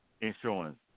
insurance